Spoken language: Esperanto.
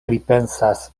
pripensas